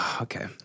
Okay